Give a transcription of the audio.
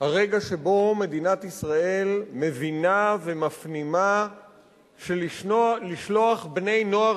הרגע שבו מדינת ישראל מבינה ומפנימה שלשלוח בני-נוער